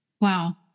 Wow